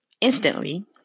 Instantly